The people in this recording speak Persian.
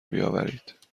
بیاورید